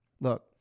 Look